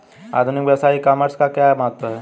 आधुनिक व्यवसाय में ई कॉमर्स का क्या महत्व है?